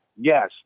Yes